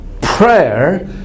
prayer